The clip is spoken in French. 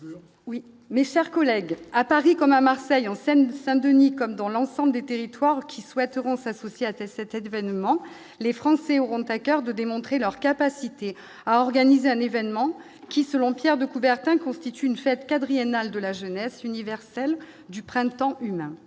mais, chers collègues, à Paris comme à Marseille, en Seine-Saint-Denis, comme dans l'ensemble des territoires qui souhaiteront s'associer à telle cette aide vainement les Français auront à coeur de démontrer leur capacité à organiser un événement qui, selon Pierre de Coubertin, constitue une fête quadriennal de la jeunesse universel du printemps humain,